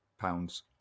pounds